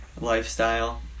lifestyle